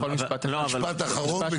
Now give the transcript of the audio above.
משפט אחרון.